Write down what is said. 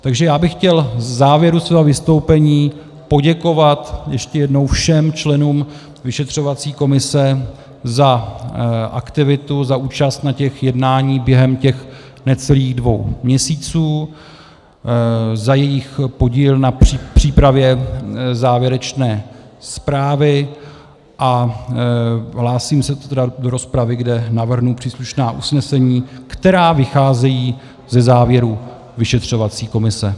Takže bych chtěl v závěru svého vystoupení poděkovat ještě jednou všem členům vyšetřovací komise za aktivitu, za účast na jednáních během těch necelých dvou měsíců, za jejich podíl při přípravě závěrečné zprávy a hlásím se do rozpravy, kde navrhnu příslušná usnesení, která vycházejí ze závěrů vyšetřovací komise.